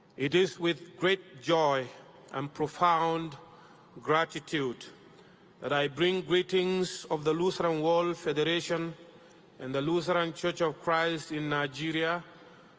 it is with great joy and profound gratitude that i bring greetings of the lutheran world federation and the lutheran church of christ in nigeria,